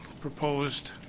proposed